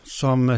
som